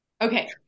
Okay